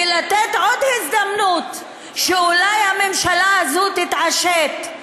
ולתת עוד הזדמנות שאולי הממשלה הזו תתעשת,